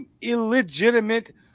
illegitimate